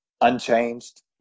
unchanged